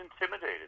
intimidated